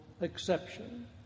exception